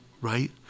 right